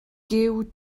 giw